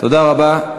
תודה רבה.